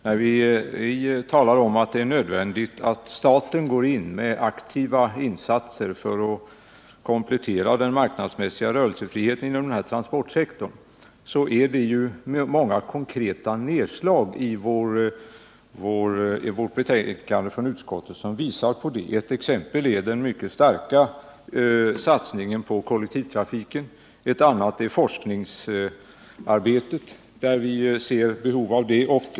När vi talar om att det är nödvändigt att staten går in med aktiva insatser för att komplettera den marknadsmässiga rörelseverksamheten inom transportsektorn är det ju många konkreta inslag i vårt betänkande från utskottet som följer upp det synsättet. Ett exempel är den mycket starka satsningen på kollektivtrafiken, ett annat är det ökade forskningsarbete, som vi anser behövs.